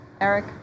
Eric